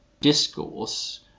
discourse